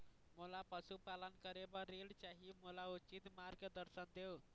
मोला पशुपालन करे बर ऋण चाही, मोला उचित मार्गदर्शन देव?